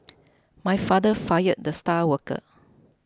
my father fired the star worker